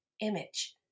image